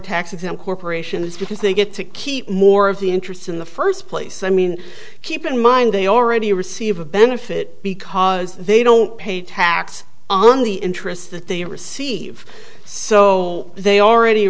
tax exempt corporation is because they get to keep more of the interest in the first place i mean keep in mind they already receive a benefit because they don't pay tax on the interest that they receive so they already